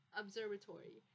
observatory